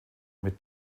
mit